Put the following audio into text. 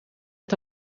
het